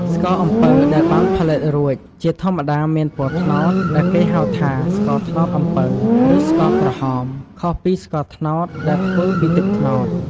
ស្ករអំពៅដែលបានផលិតរួចជាធម្មតាមានពណ៌ត្នោត ដែលគេហៅថា ស្ករត្នោតអំពៅ ឬ ស្ករក្រហម ខុសពីស្ករត្នោតដែលធ្វើពីទឹកត្នោត។